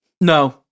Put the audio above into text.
no